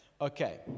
Okay